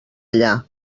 allà